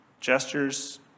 gestures